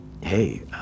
Hey